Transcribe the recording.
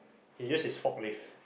he use his forklift